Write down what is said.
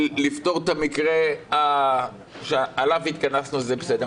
לפתור את המקרה שעליו התכנסנו זה בסדר.